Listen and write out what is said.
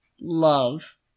love